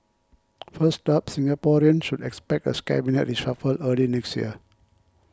first up Singaporeans should expect a Cabinet reshuffle early next year